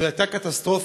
זו הייתה קטסטרופה,